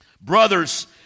Brothers